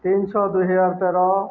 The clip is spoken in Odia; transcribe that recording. ତିନି ଶହ ଦୁଇ ହଜାର ତେର